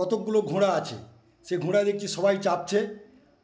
কতগুলো ঘোড়া আছে সেই ঘোড়া দেখছি সবাই চাপছে